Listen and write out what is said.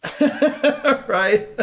Right